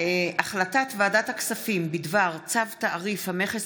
החלטת ועדת הכספים בדבר צו תעריף המכס